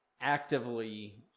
actively